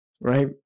right